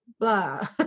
blah